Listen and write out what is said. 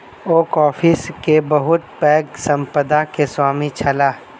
ओ coffee के बहुत पैघ संपदा के स्वामी छलाह